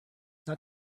not